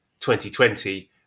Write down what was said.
2020